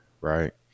right